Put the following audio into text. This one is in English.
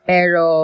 Pero